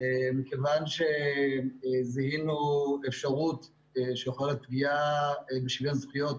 מכיוון שזיהינו אפשרות שיכול להיות פגיעה בשוויון זכויות